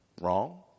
wrong